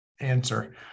answer